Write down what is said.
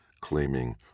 claiming